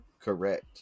Correct